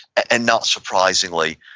and not surprisingly,